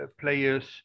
players